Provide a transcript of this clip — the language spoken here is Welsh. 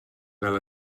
fel